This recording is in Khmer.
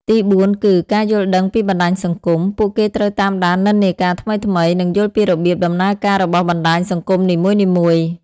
ទីបួនគឺ ការយល់ដឹងពីបណ្តាញសង្គម។ ពួកគេត្រូវតាមដាននិន្នាការថ្មីៗ និងយល់ពីរបៀបដំណើរការរបស់បណ្តាញសង្គមនីមួយៗ។